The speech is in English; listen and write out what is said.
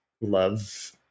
love